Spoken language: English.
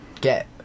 get